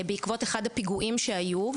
בעקבות אחד הפיגועים שהיו,